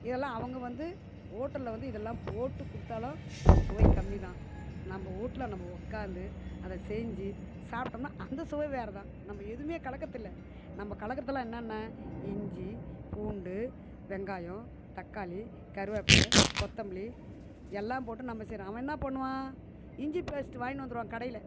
இது எல்லாம் அவங்க வந்து ஓட்டலில் வந்து இதெல்லாம் போட்டு கொடுத்தாலும் சுவை கம்மி தான் நம்ம வீட்ல நம்ம உக்காந்து அதை செஞ்சு சாப்பிட்டமுன்னா அந்த சுவை வேறு தான் நம்ம எதுவுமே கலக்கறதில்லை நம்ம கலக்கிறதெல்லாம் என்னன்னா இஞ்சி பூண்டு வெங்காயம் தக்காளி கருவேப்பிலை கொத்தமல்லி எல்லாம் போட்டு நம்ம செய்கிறோம் அவன் என்ன பண்ணுவான் இஞ்சி பேஸ்ட் வாங்கினு வந்துடுவான் கடையில்